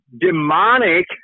demonic